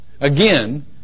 Again